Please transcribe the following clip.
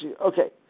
Okay